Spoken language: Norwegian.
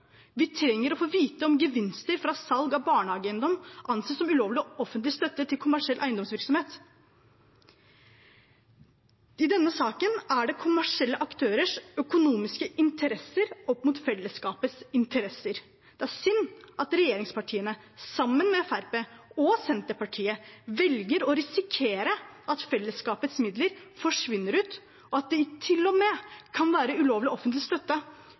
vi trenger å få vite om gevinster fra salg av barnehageeiendom anses som ulovlig offentlig støtte til kommersiell eiendomsvirksomhet. I denne saken står kommersielle aktørers økonomiske interesser opp mot fellesskapets interesser. Det er synd at regjeringspartiene sammen med Fremskrittspartiet og Senterpartiet velger å risikere at fellesskapets midler forsvinner ut, at det til og med kan være ulovlig offentlig støtte,